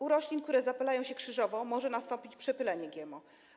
U roślin, które zapylają się krzyżowo, może nastąpić przepylenie GMO.